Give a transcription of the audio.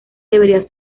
debía